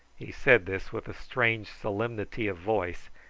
he said this with a strange solemnity of voice,